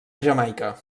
jamaica